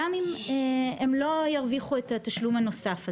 גם אם הם לא ירוויחו את התשלום הנוסף הזה,